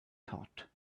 thought